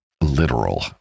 literal